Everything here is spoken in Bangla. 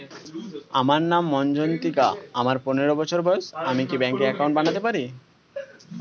আমার নাম মজ্ঝন্তিকা, আমার পনেরো বছর বয়স, আমি কি ব্যঙ্কে একাউন্ট বানাতে পারি?